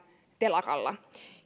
telakalla